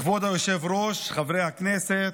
כבוד היושב-ראש, חברי הכנסת,